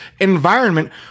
environment